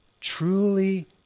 Truly